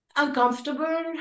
uncomfortable